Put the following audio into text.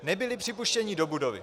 Nebyli připuštěni do budovy.